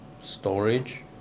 storage